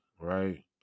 right